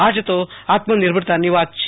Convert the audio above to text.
આ જ તો આત્મનિર્ભરતાની વાત છે